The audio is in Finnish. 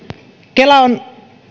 kela on